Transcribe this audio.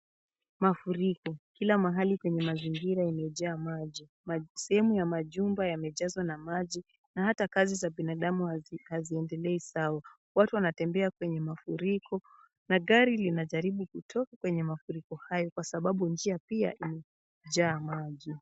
Mafuriko, kila mahali kwenye mazingira imejaa maji. Sehemu ya majumba yamejazwa na maji na hata kazi za binadamu haziendelei sawa. Watu wanatembea kwenye mafuriko na gari linajaribu kutoka kwenye mafuriko hayo kwa sababu njia pia imejaa maji.